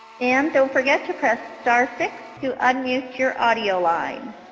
and don't forget to press star six to unmute your audio line.